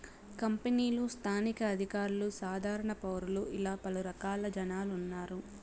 కంపెనీలు స్థానిక అధికారులు సాధారణ పౌరులు ఇలా పలు రకాల జనాలు ఉన్నారు